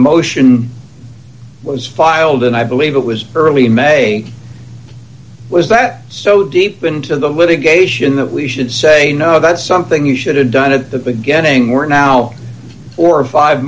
motion was filed and i believe it was early in may was that so deep into the litigation that we should say you know that's something you should have done at the beginning we're now or five